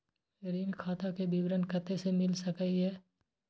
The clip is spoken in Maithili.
ऋण खाता के विवरण कते से मिल सकै ये?